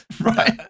right